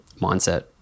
mindset